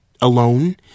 alone